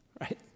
right